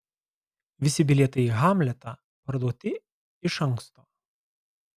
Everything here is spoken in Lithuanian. visi bilietai į hamletą parduoti iš anksto